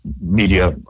media